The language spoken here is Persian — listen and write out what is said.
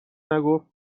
نگفت